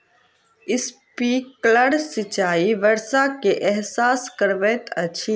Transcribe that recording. sprinkler सिचाई वर्षा के एहसास करबैत अछि